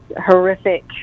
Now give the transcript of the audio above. horrific